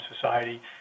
society